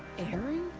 erend?